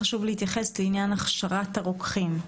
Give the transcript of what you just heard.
חשוב להתייחס גם לעניין הכשרת הרוקחים.